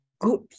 good